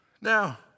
Now